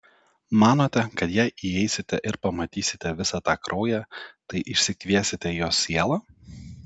manote kad jei įeisite ir pamatysite visą tą kraują tai išsikviesite jos sielą